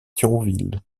thionville